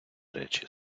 речі